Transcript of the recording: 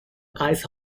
ice